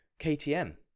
KTM